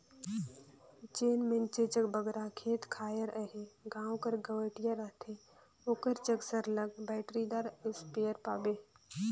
जेन मइनसे जग बगरा खेत खाएर अहे गाँव कर गंवटिया रहथे ओकर जग सरलग बइटरीदार इस्पेयर पाबे